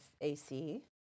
AC